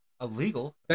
illegal